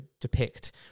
depict